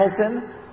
Hamilton